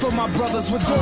my brothers with